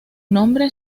nombre